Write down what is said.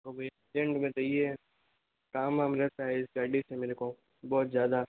urgent में चाहिए काम वाम रहता है इस गाड़ी से मेरे को बहुत ज़्यादा